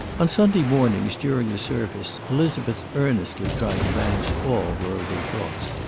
on sunday mornings, during the service, elizabeth earnestly tried to banish all worldly thoughts.